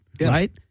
right